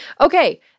Okay